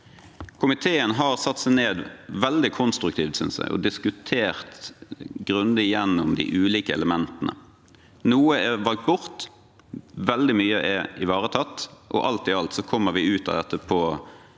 Komiteen har satt seg ned veldig konstruktivt, synes jeg, og diskutert grundig gjennom de ulike elementene. Noe er valgt bort, veldig mye er ivaretatt, og alt i alt kommer vi ut av dette